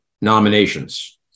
nominations